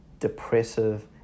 depressive